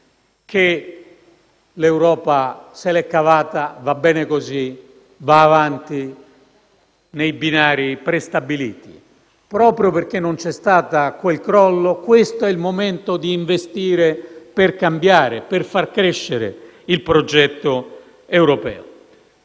che l'Europa se la sia cavata, che vada bene così, che vada avanti nei binari prestabiliti. Proprio perché non c'è stato quel crollo, questo è il momento di investire per cambiare, per far crescere il progetto europeo.